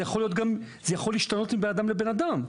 זה יכול להשתנות מאדם לאדם,